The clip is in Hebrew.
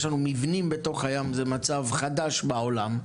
לנו מבנים בתוך הים זה מצב חדש בעולם,